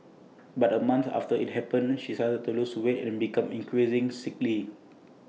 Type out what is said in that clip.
but A month after IT happened she started to lose weight and became increasingly sickly